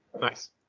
Nice